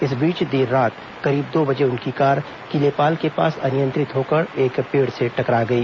इस बीच देर रात करीब दो बजे उनकी कार किलेपाल के पास अनियंत्रित होकर एक पेड़ से टकरा गई